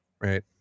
right